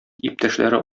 иптәшләре